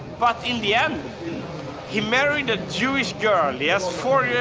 but in the end he married a jewish girl. he has four yeah